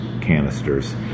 canisters